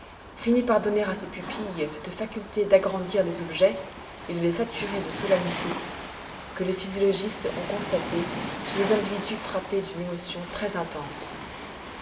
finit par donner à ses pupilles cette faculté d'agrandir les objets et de les saturer de solennité que les physiologistes ont constatée chez les individus frappés d'une émotion très intense